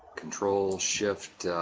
control shift,